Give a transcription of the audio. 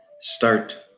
start